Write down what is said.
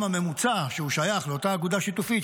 הממוצע שהוא שייך לאותה אגודה שיתופית,